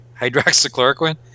hydroxychloroquine